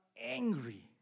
angry